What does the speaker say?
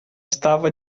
estava